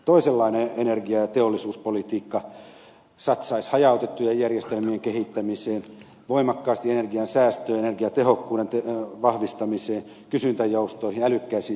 toisenlainen energia ja teollisuuspolitiikka satsaisi hajautettujen järjestelmien kehittämiseen voimakkaasti energian säästöön energiatehokkuuden vahvistamiseen kysyntäjoustoihin älykkäisiin sähköverkkoihin